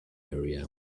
area